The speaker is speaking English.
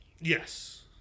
Yes